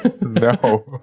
No